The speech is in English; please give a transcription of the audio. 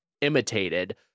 imitated